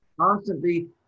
constantly